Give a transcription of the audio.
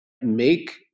make